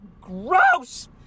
Gross